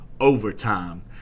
overtime